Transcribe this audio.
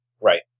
Right